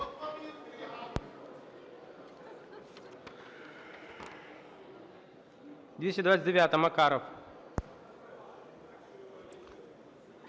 229-а, Макаров.